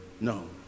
No